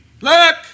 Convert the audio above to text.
Look